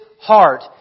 heart